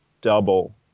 double